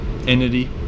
entity